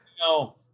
No